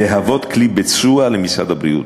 לשמש כלי ביצוע למשרד הבריאות,